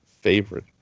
Favorite